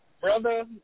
brother